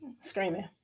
screaming